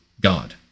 God